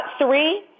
Three